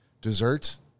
desserts